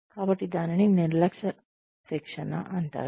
కాబట్టి దానిని నిర్లక్ష్య శిక్షణ అంటారు